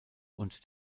und